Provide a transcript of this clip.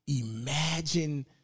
imagine